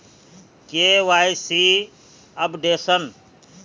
KYC updation?